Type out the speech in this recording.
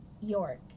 York